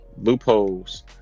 Loopholes